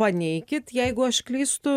paneikit jeigu aš klystu